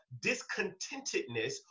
discontentedness